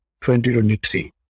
2023